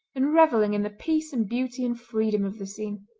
and revelling in the peace and beauty and freedom of the scene.